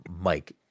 Mike